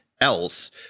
else